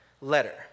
letter